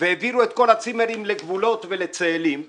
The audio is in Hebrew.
ואת כל הצימרים העבירו לגבולות ולצאלים,